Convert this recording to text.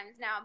now